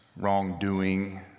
wrongdoing